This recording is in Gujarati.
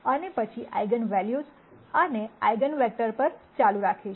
અને પછી આઈગન વૅલ્યુસ અને અને આઈગન વેક્ટર્સ પર ચાલુ રાખીશ